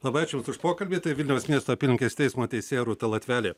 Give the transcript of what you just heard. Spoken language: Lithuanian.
labai ačiū jums už pokalbį tai vilniaus miesto apylinkės teismo teisėja rūta latvelė